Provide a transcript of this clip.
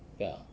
不要 ah